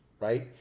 right